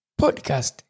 podcast